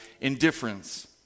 indifference